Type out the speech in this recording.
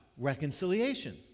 reconciliation